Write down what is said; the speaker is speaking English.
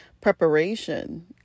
preparation